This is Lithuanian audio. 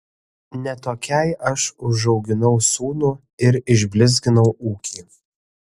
ne tokiai aš užauginau sūnų ir išblizginau ūkį